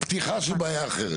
בפתיחה של בעיה אחרת.